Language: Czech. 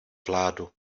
vládu